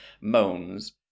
moans